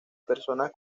personas